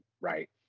right